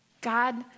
God